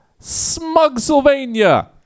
Smugsylvania